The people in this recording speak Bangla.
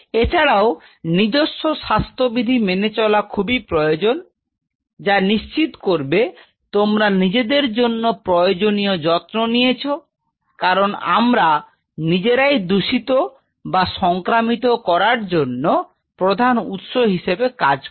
এছাড়াও নিজস্ব স্বাস্থ্যবিধি মেনে চলা খুবই প্রয়োজন যা নিশ্চিত করবে তোমরা নিজেদের জন্য প্রয়োজনীয় যত্ন নিয়েছো কারণ আমরা নিজেরাই দূষিত বা সংক্রামিত করার জন্য প্রধান উৎস হিসেবে কাজ করে